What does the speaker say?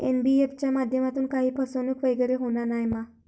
NBFC च्या माध्यमातून काही फसवणूक वगैरे होना नाय मा?